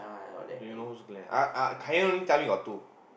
do you know who is Glenn uh uh Kai-Yan only tell me got two